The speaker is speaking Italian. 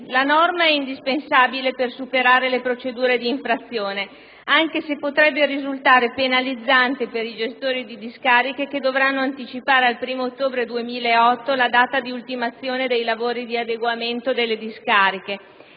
6 è indispensabile per superare le procedure di infrazione, anche se potrebbe risultare penalizzante per i gestori di discariche che dovranno anticipare al primo ottobre 2008 la data di ultimazione dei lavori di adeguamento delle stesse,